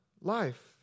life